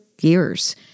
years